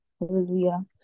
Hallelujah